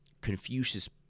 Confucius